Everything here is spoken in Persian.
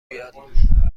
بیاد